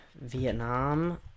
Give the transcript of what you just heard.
Vietnam